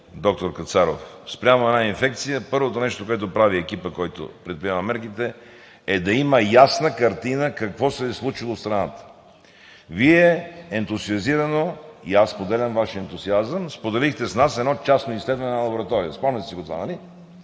доктор Кацаров, спрямо една инфекция, първото нещо, което прави екипът, който предприема мерките, е да има ясна картина какво се е случило в страната. Вие ентусиазирано – и аз споделям Вашия ентусиазъм, споделихте с нас едно частно изследване на една лаборатория, спомняте си го това, нали?